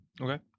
okay